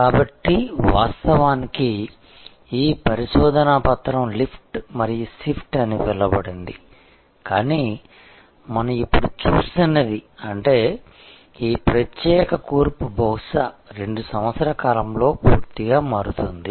కాబట్టి వాస్తవానికి ఈ పరిశోధనా పత్రం లిఫ్ట్ మరియు షిఫ్ట్ అని పిలువబడింది కానీ మనం ఇప్పుడు చూస్తున్నది అంటే ఈ ప్రత్యేక కూర్పు బహుశా 2 సంవత్సరాల కాలంలో పూర్తిగా మారుతుంది